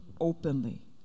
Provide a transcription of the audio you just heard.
openly